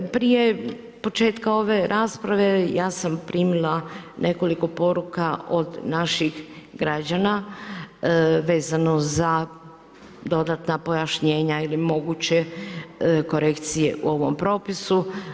Prije početka ove rasprave ja sam primila nekoliko poruka od naših građana vezano za dodatna pojašnjenja ili moguće korekcije u ovom propisu.